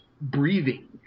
breathing